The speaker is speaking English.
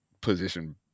position